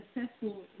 successful